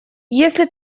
если